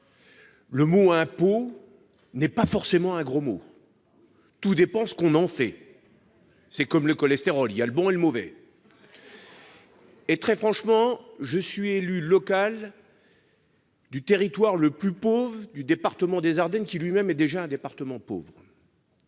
le mot « impôt » n'est pas forcément un gros mot ; tout dépend ce que l'on en fait ! C'est comme le cholestérol, il y a le bon et le mauvais ! Exactement ! Je suis élu local de la partie la plus pauvre du département des Ardennes, qui, lui-même, est déjà un département pauvre.